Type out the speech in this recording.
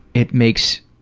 it makes